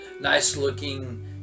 nice-looking